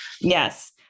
Yes